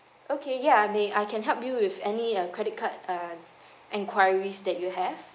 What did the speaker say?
okay ya may I can help you with any uh credit card uh enquiries that you have